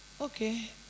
Okay